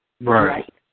Right